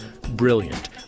brilliant